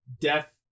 death